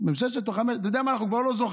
חמשת כבר.